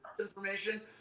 information